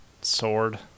sword